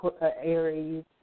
Aries